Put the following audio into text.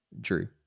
Drew